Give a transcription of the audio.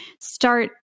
start